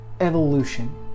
evolution